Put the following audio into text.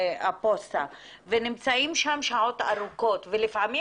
הפוסטה ונמצאים שם שעות ארוכות ולפעמים